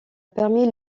permis